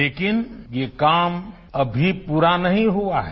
लेकिन ये काम अभी प्ररा नहीं हुआ है